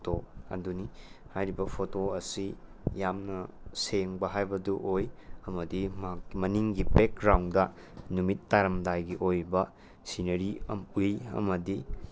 photo ꯑꯗꯨꯅꯤ ꯍꯥꯏꯔꯤꯕ photo ꯑꯁꯤ ꯌꯥꯝꯅ ꯁꯦꯡꯕ ꯍꯥꯏꯕꯗꯨ ꯑꯣꯏ ꯑꯃꯗꯤ ꯃꯍꯥꯛ ꯃꯅꯤꯡꯒꯤ ꯕꯦꯛꯒ꯭ꯔꯥꯎꯟꯗ ꯅꯨꯃꯤꯠ ꯇꯥꯔꯝꯗꯥꯏꯒꯤ ꯑꯣꯏꯕ ꯁꯤꯅꯔꯤ ꯎꯏ ꯑꯃꯗꯤ